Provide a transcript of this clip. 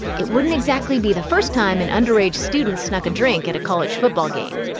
it wouldn't exactly be the first time an underage student snuck a drink at a college football game.